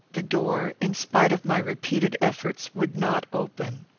the door, in spite of my repeated efforts, would not open.